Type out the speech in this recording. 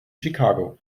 chicago